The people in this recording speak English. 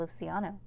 Luciano